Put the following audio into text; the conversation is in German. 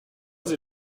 sie